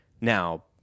now